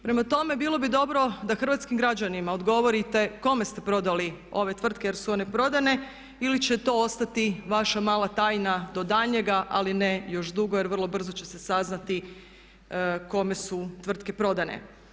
Prema tome, bilo bi dobro da hrvatskim građanima odgovorite kome ste prodali ove tvrtke jer su one prodane ili će to ostati vaša mala tajna do daljnjega ali ne još dugo jer vrlo brzo će se saznati kome su tvrtke prodane.